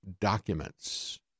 documents